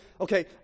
okay